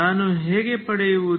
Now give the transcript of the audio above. ನಾನು ಹೇಗೆ ಪಡೆಯುವುದು